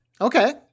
Okay